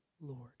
Lord